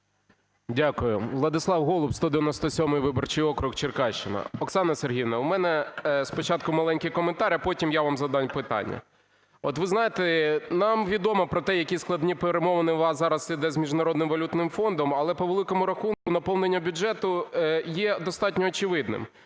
Дякую. Владислав Голуб, 197 виборчий округ, Черкащина. Оксано Сергіївно, у мене спочатку маленький коментар, а потім я вам задам питання. От ви знаєте, нам відомо про те, які складні перемовини у вас зараз ідуть з Міжнародним валютним фондом, але по великому рахунку наповнення бюджету є достатньо очевидним.